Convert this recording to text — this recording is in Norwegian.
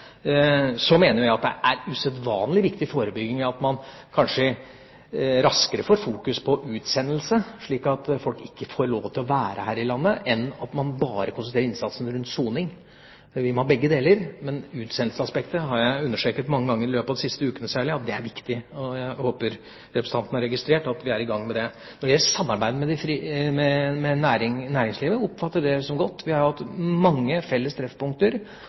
Så mener jeg at det er en usedvanlig viktig forebygging at man kanskje raskere får fokus på utsendelse, slik at folk ikke får lov til å være her i landet, enn bare å konsentrere innsatsen rundt soning. Vi må ha begge deler. Men utsendelsesaspektet – det har jeg understreket mange ganger, særlig i løpet av de siste ukene – er viktig. Jeg håper at representanten har registrert at vi er i gang med det. Når det gjelder samarbeidet med næringslivet, oppfatter jeg det som godt. Vi har hatt mange felles treffpunkter